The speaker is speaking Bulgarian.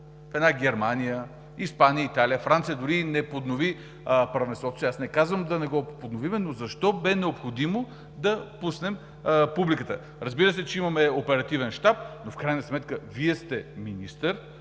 Англия, Германия, Испания, Италия, Франция дори и не поднови първенството си! Аз не казвам да не го подновим, но защо бе необходимо да пуснем публиката? Разбира се, че имаме Оперативен щаб, но в крайна сметка Вие сте министър,